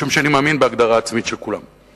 משום שאני מאמין בהגדרה העצמית של כולם,